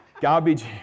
Garbage